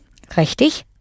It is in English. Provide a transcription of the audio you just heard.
Richtig